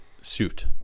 Suit